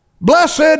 Blessed